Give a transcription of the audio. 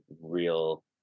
real